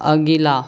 अगिला